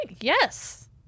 Yes